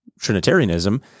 Trinitarianism